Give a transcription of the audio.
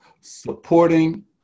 supporting